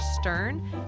Stern